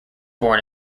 born